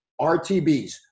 RTBs